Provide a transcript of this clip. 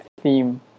theme